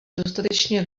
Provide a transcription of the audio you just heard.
dostatečně